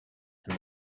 and